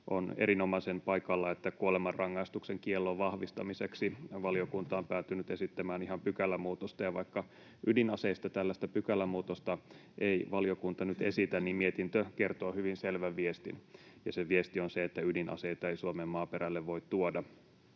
On erinomaisen paikallaan, että kuolemanrangaistuksen kiellon vahvistamiseksi valiokunta on päätynyt esittämään ihan pykälämuutosta, ja vaikka ydinaseista tällaista pykälämuutosta ei valiokunta nyt esitä, mietintö kertoo hyvin selvän viestin, ja se viesti on se, että ydinaseita ei Suomen maaperälle voi tuoda.